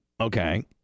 okay